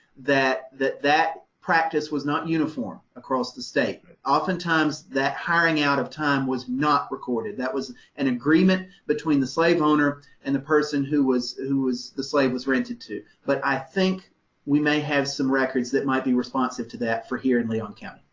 that that that practice was not uniform across the state. oftentimes that hiring out of time was not recorded. that was an agreement between the slave owner and the person who was, who was, the slave was rented to. but i think we may have some records that might be responsive to that for here in leon county.